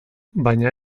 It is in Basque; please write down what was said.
baina